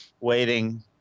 waiting